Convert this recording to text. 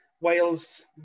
Wales